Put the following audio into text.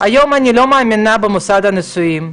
"היום אני לא מאמינה במוסד הנישואים,